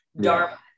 Dharma